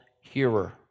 hearer